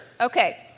Okay